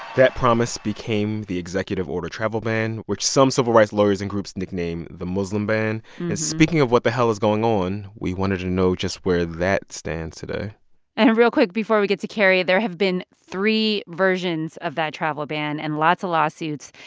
that promise became the executive order travel ban, which some civil rights lawyers and groups nicknamed the muslim ban. and speaking of what the hell is going on, we wanted to know just where that stands today and real quick before we get to carrie there have been three versions of that travel ban and lots of lawsuits.